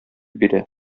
бирә